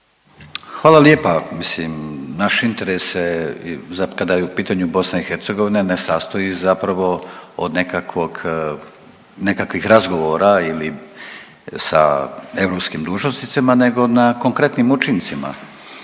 Hvala lijepa, mislim naš interes se kada je u pitanju BiH ne sastoji zapravo od nekakvog, nekakvih razgovora ili sa europskih dužnosnicima nego na konkretnim učincima.